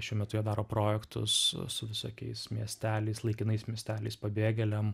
šiuo metu jie daro projektus su visokiais miesteliais laikinais miesteliais pabėgėliam